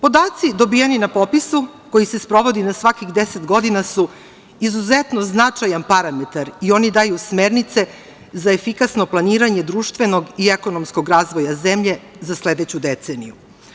Podaci dobijeni na popisu koji se sprovodi na svakih deset godina su izuzetno značajan parametar i oni daju smernice za efikasno planiranje društvenog i ekonomskog razvoja zemlje za sledeću deceniju.